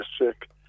sick